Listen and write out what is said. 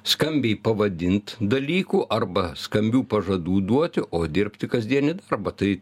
skambiai pavadint dalykų arba skambių pažadų duoti o dirbti kasdienį darbą tai